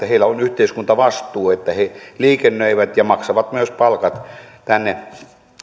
heillä on yhteiskuntavastuu että he liikennöivät ja maksavat myös palkat tänne